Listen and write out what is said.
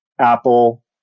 apple